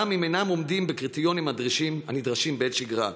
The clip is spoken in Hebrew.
אם אינם עומדים בקריטריונים הנדרשים בעת שגרה.